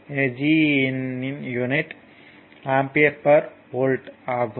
எனவே G இன் unit ampere per volt ஆகும்